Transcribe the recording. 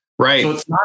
Right